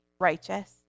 righteous